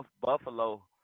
Buffalo